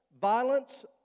violence